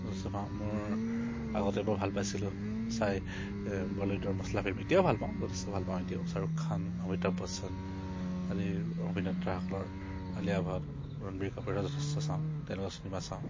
যথেষ্ট পাওঁ মোৰ আগতে বৰ ভাল পাইছিলোঁ চাই বলিউডৰ মছলা ফিল্ম এতিয়াও ভাল পাওঁ যথেষ্ট ভাল পাওঁ এতিয়াও শাহৰুখ খান অমিতাভ বচ্চন আদি অভিনেতাসকলৰ আলিয়া ভট ৰনবীৰ কাপোৰ যথেষ্ট চাওঁ তেনেকুৱা চিনেমা চাওঁ